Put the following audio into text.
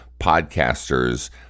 podcaster's